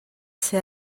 ser